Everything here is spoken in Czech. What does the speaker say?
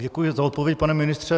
Děkuji za odpověď, pane ministře.